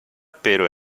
pero